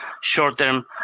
short-term